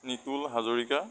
Nitul Hazarika